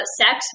sex